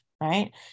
right